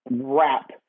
wrap